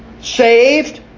Saved